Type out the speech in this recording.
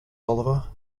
oliver